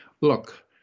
look